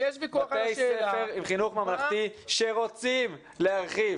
בתי ספר עם חינוך ממלכתי שרוצים להרחיב